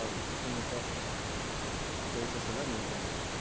ಹೌದು ಸುತ್ತಮುತ್ತ ಪ್ಲೇಸಸ್ ಎಲ್ಲ ನೋಡ್ಕೊಂಬರಬೇಕು